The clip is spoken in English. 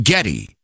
Getty